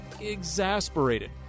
exasperated